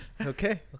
okay